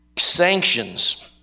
sanctions